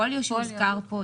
פוליו שהוזכר פה,